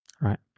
right